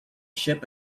ship